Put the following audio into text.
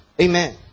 Amen